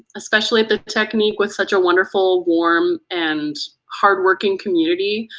especially if the technique was such a wonderful, warm and hard working community.